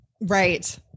Right